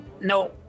No